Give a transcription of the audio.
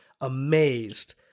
amazed